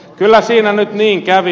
kyllä siinä nyt niin kävi